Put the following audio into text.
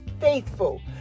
faithful